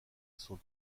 sont